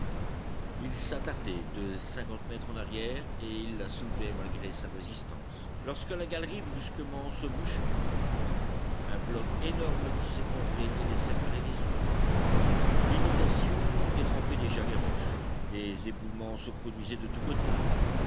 ils s'attardaient de cinquante mètres en arrière et il la soulevait malgré sa résistance lorsque la galerie brusquement se boucha un bloc énorme qui s'effondrait et les séparait des autres l'inondation détrempait déjà les roches des éboulements se produisaient de tous côtés